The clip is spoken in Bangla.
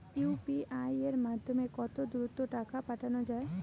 ইউ.পি.আই এর মাধ্যমে কত দ্রুত টাকা পাঠানো যায়?